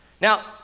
Now